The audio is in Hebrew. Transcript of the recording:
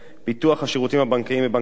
פיתוח השירותים הבנקאיים בבנק הדואר